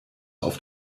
auf